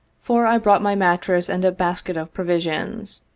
for i brought my mattress and a basket of provisions.